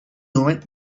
lit